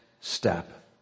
step